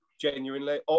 Genuinely